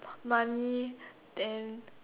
money then